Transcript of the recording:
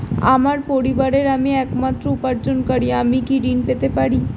আমার পরিবারের আমি একমাত্র উপার্জনকারী আমি কি ঋণ পেতে পারি?